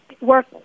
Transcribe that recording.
work